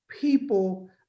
people